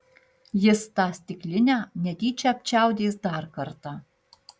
jis tą stiklinę netyčia apčiaudės dar kartą